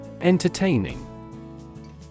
Entertaining